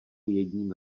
jedním